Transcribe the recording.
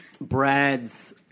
Brad's